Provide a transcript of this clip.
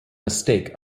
mistake